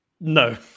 No